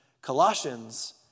Colossians